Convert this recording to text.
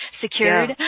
Secured